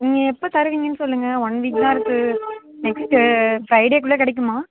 நீங்கள் எப்போ தருவீங்கன்னு சொல்லுங்க ஒன் வீக் தான் இருக்குது நெக்ஸ்ட்டு ஃப்ரைடேக்குள்ளே கிடைக்குமா